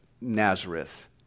Nazareth